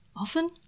Often